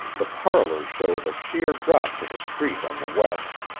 the parlor showed a sheer drop to the street on the west,